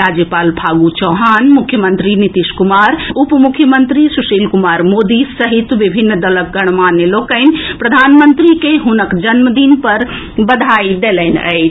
राज्यपाल फागू चौहान मुख्यमंत्री नीतीश कुमार उपमुख्यमंत्री सुशील कुमार मोदी सहित विभिन्न दलक गणमान्य लोकनि प्रधानमंत्री के हुनक जन्मदिन पर बधाई देलनि अछि